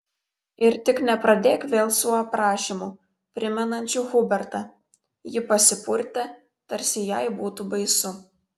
ir tik nepradėk vėl su aprašymu primenančiu hubertą ji pasipurtė tarsi jai būtų baisu